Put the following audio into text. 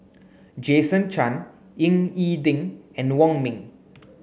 Jason Chan Ying E Ding and Wong Ming